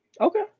Okay